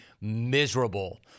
miserable